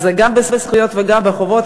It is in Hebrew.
אז זה גם בזכויות וגם בחובות.